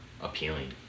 appealing